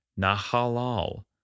Nahalal